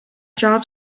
job